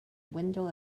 window